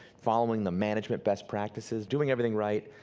following the management best practices, doing everything right,